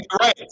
right